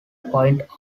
point